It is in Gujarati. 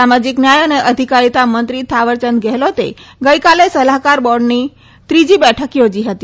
સામાજીક ન્યાય અને અધિકારીતા મંત્રી થાવરચંદ ગેહલોતે ગઈકાલે સલાહકાર બોર્ડની ગઈકાલે ત્રીજી બેઠક યોજી હતી